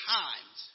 times